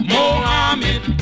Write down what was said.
Mohammed